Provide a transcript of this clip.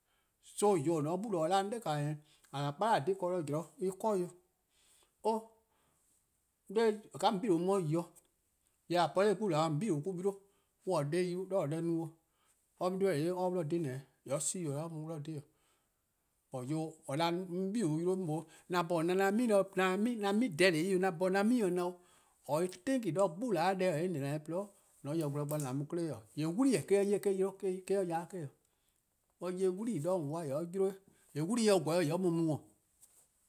So :yeh :or :ne-a 'de 'gbu :or 'da-a, 'on 'dae: een,:a-a'a: kpala'+ :a :dhe ken zean' en 'kor 'o. 'oh :ka :on 'bei'-a mu-a 'de yi-' :yee' :a po 'nor 'gbu kpa :on 'bei-a 'yl, on ne:daa yi 'de :ne deh no-'o. :yee or ready or 'ye dih :dhe, or serious or mu-dih :dhe. Jorwor: :yor :or 'da 'on 'bei-a 'yle 'mor mlor 'an 'bhorn 'on 'ye an 'mi dirty 'o 'an 'bhorn 'on 'ye 'an 'mi ken :na 'o, :or-a' thinking 'de 'gbu-a dhih, :or-' na-dih-a :porluh ken-dih, :mor :on :ya-or gwlor bo 'an mu 'kle 'ye-', :yee' 'wli-eh 'o or 'ye eh-: ya-or 'de or 'ye wlii 'de :on 'kwa :yee' or yi-' 'de, :mor 'wlii :gweh :yee' or mu :mu., e